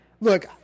Look